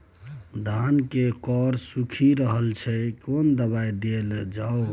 धान के कॉर सुइख रहल छैय केना दवाई देल जाऊ?